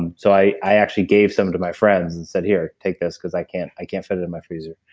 and so i i actually gave some to my friends and said, here, take this because i can't i can't fit it in my freezer.